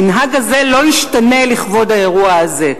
המנהג הזה לא ישתנה לכבוד האירוע הזה.